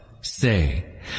Say